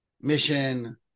mission